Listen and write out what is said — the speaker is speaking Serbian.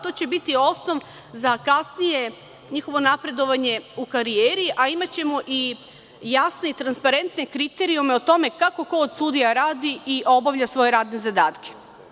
To će biti osnov za njihovo kasnije napredovanje u karijeri, a imaćemo i jasne i transparentne kriterijume o tome kako ko od sudija radi i obavlja svoje radne zadatke.